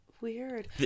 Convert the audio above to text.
Weird